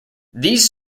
these